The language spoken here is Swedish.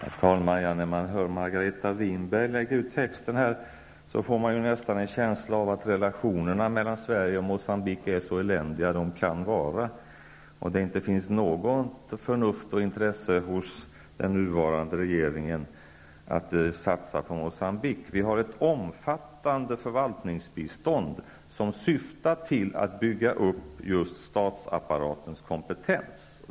Herr talman! När man hör Margareta Winberg lägga ut texten får man nästan en känsla av att relationerna mellan Sverige och Moçambique är så eländiga de kan vara och att det inte finns något förnuft och intresse hos den nuvarande regeringen av att satsa på Moçambique. Vi ger ett omfattande förvaltningsbistånd, som syftar till att bygga upp just statsapparatens kompetens.